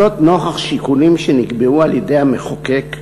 זאת נוכח שיקולים שנקבעו על-ידי המחוקק,